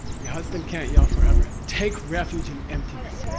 your husband can't yell forever. take refuge in emptiness.